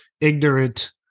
ignorant